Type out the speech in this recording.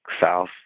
South